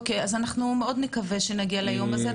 אז אנחנו מאוד נקווה שנגיע ליום הזה.